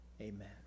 Amen